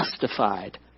justified